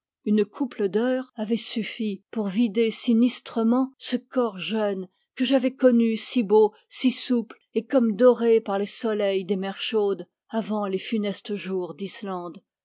une couple d'heures avaient suffi pour vider sinistrement ce corps jeune que j'avais connu si beau si souple et comme doré par les soleils des mers chaudes avant les funestes jours d'islande